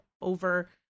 over